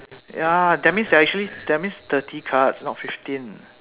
ya that means they're actually that means thirty cards not fifteen